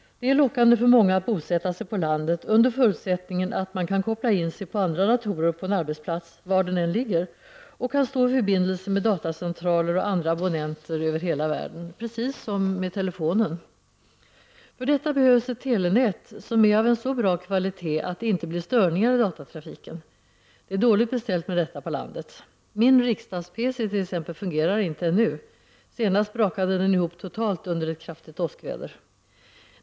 Det är lockande för många att bosätta sig på landet, under förutsättning att man kan koppla in sig på andra datorer på en arbetsplats var den än ligger och kan stå i förbindelse med datorcentraler och andra abonnenter över hela världen — precis som med telefonen. För detta behövs ett telenät som är av en så bra kvalitet att det inte blir störningar i datortrafiken. Det är dåligt beställt med detta på landet. T.ex. min riksdags-PC fungerar inte ännu. Senast brakade den ihop totalt under ett kraftigt åskväder.